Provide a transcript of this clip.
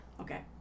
Okay